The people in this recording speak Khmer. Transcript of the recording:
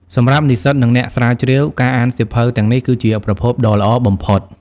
សម្រាប់និស្សិត និងអ្នកស្រាវជ្រាវ ការអានសៀវភៅទាំងនេះគឺជាប្រភពដ៏ល្អបំផុត។